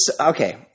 Okay